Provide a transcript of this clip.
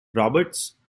roberts